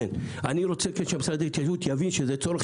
כן: אני רוצה שמשרד ההתיישבות יבין שזה צורך,